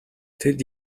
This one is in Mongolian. тэд